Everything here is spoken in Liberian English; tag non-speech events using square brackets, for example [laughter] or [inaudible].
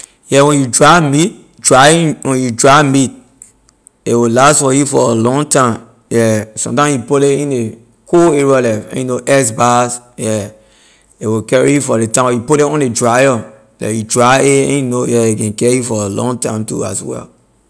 Yeah when you dry meat drying when you dry meat a will last for you for a long time yeah sometime you put ley in ley cold area like [hesitation] you know ice box yeah a will carry you for ley time or you put ley on ley dryer like you dry a [hesitation] you know yeah a can carry you for a long time too as well.